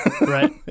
Right